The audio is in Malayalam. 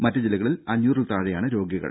മറ്റ് ജില്ലകളിൽ അഞ്ഞൂറിൽ താഴെയാണ് രോഗികൾ